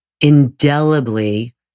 indelibly